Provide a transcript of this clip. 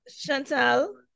Chantal